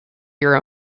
your